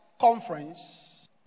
conference